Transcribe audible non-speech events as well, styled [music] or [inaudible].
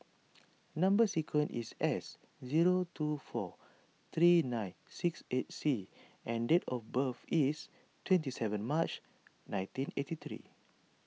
[noise] Number Sequence is S zero two four three nine six eight C and date of birth is twenty seven March nineteen eighty three